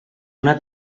una